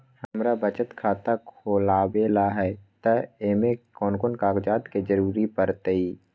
हमरा बचत खाता खुलावेला है त ए में कौन कौन कागजात के जरूरी परतई?